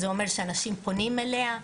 זה אומר שאנשים פונים אליה,